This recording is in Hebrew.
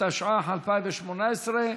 התשע"ח 2018,